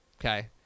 Okay